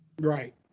Right